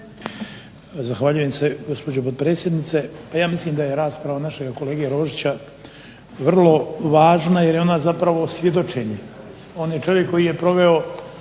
Zahvaljujem se gospođo potpredsjednice. Pa ja mislim da je rasprava našega kolege Rožića vrlo važna jer je ona zapravo svjedočenje. On je čovjek koji je proveo